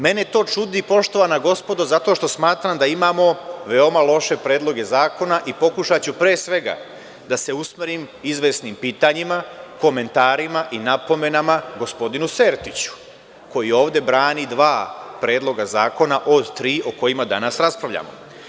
Mene to čudi, poštovana gospodo, zato što smatram da imamo veoma loše predloge zakona i pokušaću, pre svega, da se usmerim izvesnim pitanjima, komentarima i napomenama gospodinu Sertiću, koji ovde brani dva predloga od tri, o kojima danas raspravljamo.